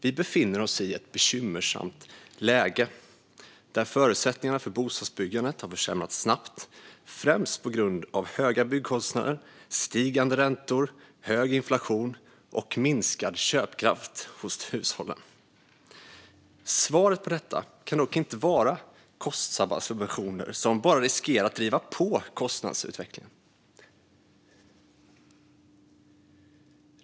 Vi befinner oss i ett bekymmersamt ekonomiskt läge där förutsättningarna för bostadsbyggandet har försämrats snabbt, främst på grund av höga byggkostnader, stigande räntor, hög inflation och minskad köpkraft hos hushållen. Svaret på detta kan dock inte vara kostsamma subventioner som bara riskerar att driva på kostnadsutvecklingen.